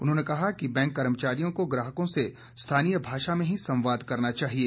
उन्होंने कहा कि बैंक कर्मचारियों को ग्राहकों से स्थानीय भाषा में ही संवाद करना चाहिए